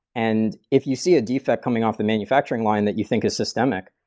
and if you see a defect coming off the manufacturing line that you think is systemic,